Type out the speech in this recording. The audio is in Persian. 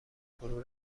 فرو